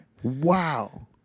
Wow